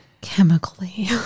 chemically